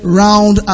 round